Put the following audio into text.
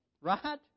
Right